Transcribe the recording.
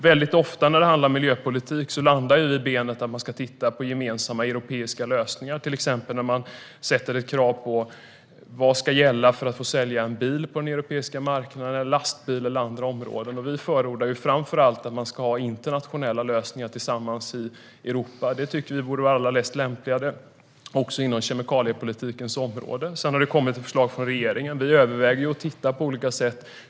Mycket ofta när det handlar om miljöpolitik landar vi på att man ska titta på gemensamma europeiska lösningar, till exempel när man ställer krav på vad som ska gälla för att få sälja en bil eller en lastbil och annat på den europeiska marknaden. Vi förordar framför allt att man ska ha internationella lösningar tillsammans i Europa. Det tycker vi borde vara mest lämpligt även inom kemikaliepolitikens område. Sedan har det kommit ett förslag från regeringen. Vi överväger detta på olika sätt.